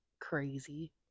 crazy